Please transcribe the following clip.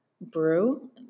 brew